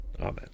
Amen